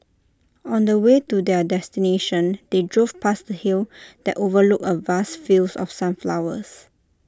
on the way to their destination they drove past A hill that overlooked A vast fields of sunflowers